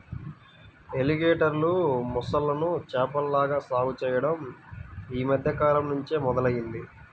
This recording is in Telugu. ఎలిగేటర్లు, మొసళ్ళను చేపల్లాగా సాగు చెయ్యడం యీ మద్దె కాలంనుంచే మొదలయ్యింది